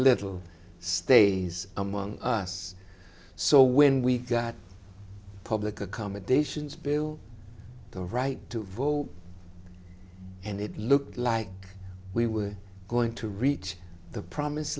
little stays among us so when we got public accommodations bill the right to vote and it looked like we were going to reach the promised